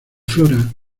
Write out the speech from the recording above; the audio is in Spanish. flora